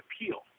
appeal